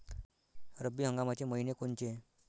रब्बी हंगामाचे मइने कोनचे?